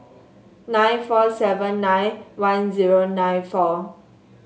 nine four seven nine one zero nine four